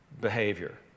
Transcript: behavior